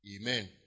Amen